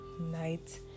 night